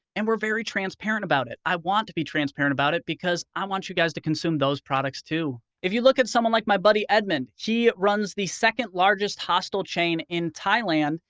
and we're very transparent about it. i want to be transparent about it because i want you guys to consume those products too. if you look at someone like my buddy edmund, he runs the second largest hostel chain in thailand,